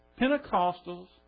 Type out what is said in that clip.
Pentecostals